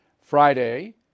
Friday